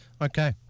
Okay